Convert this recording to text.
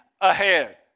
ahead